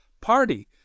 party